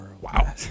Wow